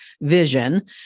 vision